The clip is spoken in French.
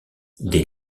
des